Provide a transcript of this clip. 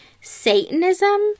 Satanism